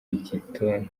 igituntu